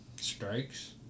strikes